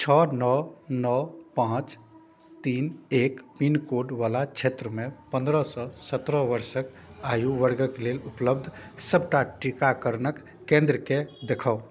छओ नओ नओ पाँच तीन एक पिनकोडवला क्षेत्रमे पनरहसँ सतरह वर्षके आयु वर्गके लेल उपलब्ध सबटा टीकाकरणके केन्द्रके देखाउ